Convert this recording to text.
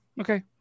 okay